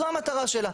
זו המטרה שלה.